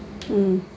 um